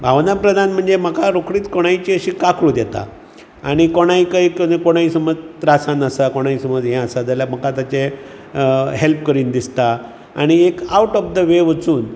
भावना प्रधान म्हणजे म्हाका कोणायचीय अशी रोखडीच काकूट येता आनी कोणायकय कितें समज त्रासांत आसा कोणायकय समज हें आसा जाल्यार म्हाका तेजें हेल्प करीन दिसता आनी एक आवट ऑफ द वे वचून